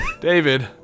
David